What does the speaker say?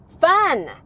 fun